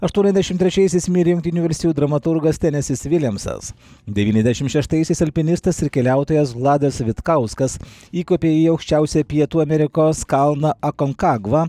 ašuoniasdešimt trečiaisiais mirė jungtinių valstijų dramaturgas tenesis viljamsas devyniasdešimt šeštaisiais alpinistas ir keliautojas vladas vitkauskas įkopė į aukščiausią pietų amerikos kalną akonkagva